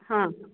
ହଁ